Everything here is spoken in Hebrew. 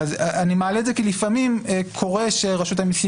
אני מעלה את זה כי לפעמים קורה שרשות המסים